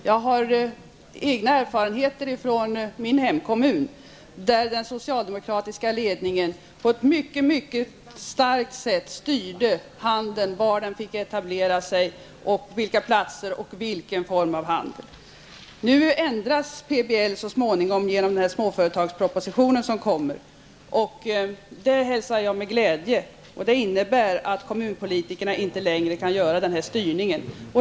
Jag har egna erfarenheter från min hemkommun, där den socialdemokratiska ledningen på ett mycket starkt sätt styrde och bestämde på vilka platser handeln fick etablera sig och vilken form av handel som fick etablera sig. PBL kommer att ändras genom den småföretagsproposition som kommer, och det hälsar jag med glädje. Det innebär att kommunalpolitikerna inte längre kan stå för en sådan styrning.